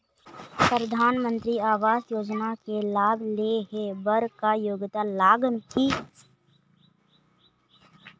परधानमंतरी आवास योजना के लाभ ले हे बर का योग्यता लाग ही?